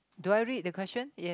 do I read the question yes